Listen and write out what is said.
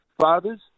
fathers